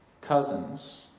cousins